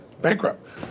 Bankrupt